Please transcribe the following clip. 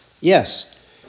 Yes